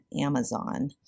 Amazon